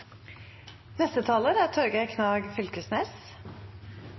Neste taler er